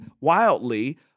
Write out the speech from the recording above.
wildly